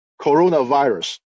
coronavirus